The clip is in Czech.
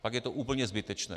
Pak je to úplně zbytečné.